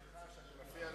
סליחה שאני מפריע לך.